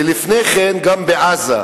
ולפני כן גם בעזה.